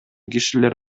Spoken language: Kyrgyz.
кишилер